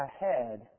ahead